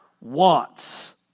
wants